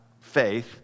faith